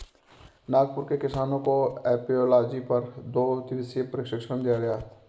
नागपुर के किसानों को एपियोलॉजी पर दो दिवसीय प्रशिक्षण दिया गया